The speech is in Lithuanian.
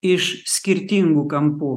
iš skirtingų kampų